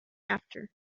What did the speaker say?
after